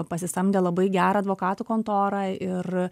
pasisamdė labai gerą advokatų kontorą ir